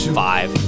five